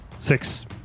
Six